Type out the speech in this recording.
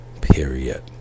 Period